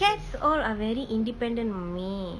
cats all are very independent mummy